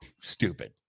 stupid